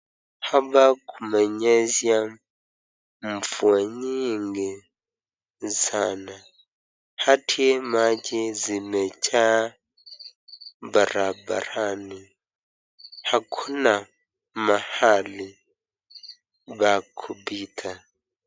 Hapa kumenyesha mvua nyingi sana, hadi maji zimejaa barabarani, hakuna mahali pa kupita.